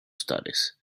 studies